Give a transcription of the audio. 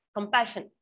Compassion